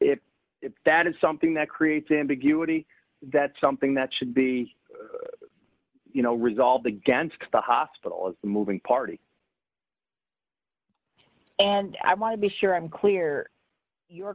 if that is something that creates ambiguity that's something that should be you know resolved against the hospital moving party and i want to be sure i'm clear your